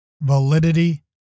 validity